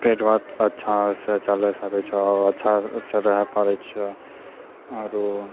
पेट भरतऽ अच्छासँ चलि सकै छऽ अच्छासँ रहि पाबै छऽ आओर